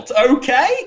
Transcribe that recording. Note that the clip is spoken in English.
okay